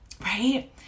Right